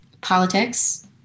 politics